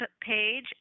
page